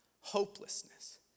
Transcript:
hopelessness